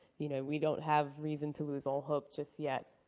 you know, we don't have reason to lose all hope just yet.